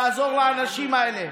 לעזור לאנשים האלה.